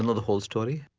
and the whole story?